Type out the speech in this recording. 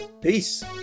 Peace